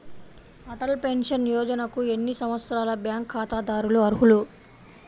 Atal pension యోజనకు ఎన్ని సంవత్సరాల బ్యాంక్ ఖాతాదారులు అర్హులు?